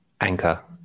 Anchor